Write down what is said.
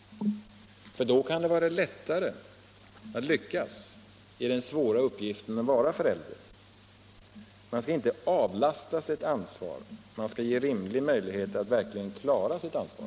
Då kan det vara lättare att lyckas i den svåra uppgiften att vara förälder. Man skall inte avlastas ett ansvar. Men man skall ges rimlig möjlighet att verkligen klara sitt ansvar.